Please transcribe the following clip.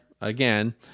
again